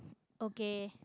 okay